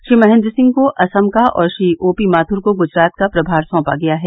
श्री महेंद्र सिंह को असम का और श्री ओ पी माथुर को गुजरात का प्रभार सौंपा गया है